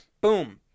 boom